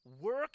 work